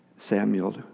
Samuel